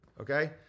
Okay